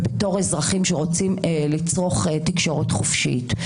ובתור אזרחים שרוצים לצרוך תקשורת חופשית,